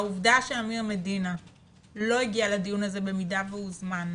העובדה שאמיר מדינה לא הגיע לדיון הזה במידה והוא הוזמן,